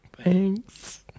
thanks